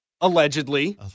Allegedly